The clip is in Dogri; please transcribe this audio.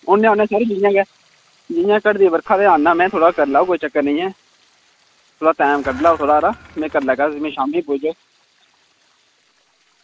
अं'ऊ आना सर इंया गै जियां घटदी बर्खा में आना कोई चक्कर निं ऐ थोह्ड़ा टैम कड्ढो में आई जाह्गा शामीं बेल्लै